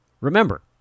Remember